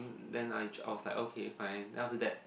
then I just I was like okay fine then after that